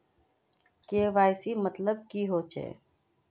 KYC मतलब की होचए?